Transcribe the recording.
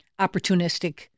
opportunistic